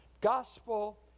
Gospel